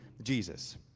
Jesus